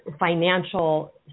financial